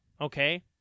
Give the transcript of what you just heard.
Okay